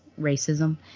racism